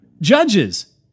judges